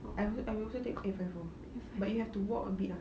I will I will also take eight five four but you have to walk a bit ah